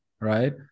right